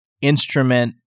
instrument